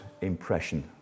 impression